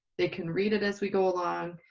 they can read it as we go along,